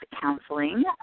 counseling